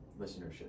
listenership